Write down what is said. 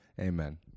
Amen